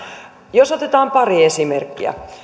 jos otetaan pari esimerkkiä